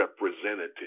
representative